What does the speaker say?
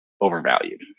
overvalued